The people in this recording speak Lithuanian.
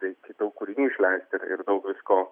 reikia daug kūrinių išleist ir ir daug visko